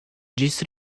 ĝis